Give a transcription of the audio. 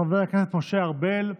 חבר הכנסת משה ארבל.